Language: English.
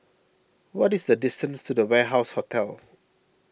what is the distance to the Warehouse Hotel